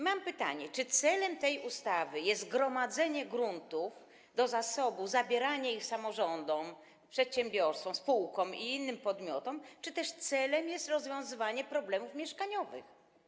Mam pytanie: Czy celem tej ustawy jest gromadzenie gruntów do zasobu, zabieranie ich samorządom, przedsiębiorstwom, spółkom i innym podmiotom, czy też celem jest rozwiązywanie problemów mieszkaniowych?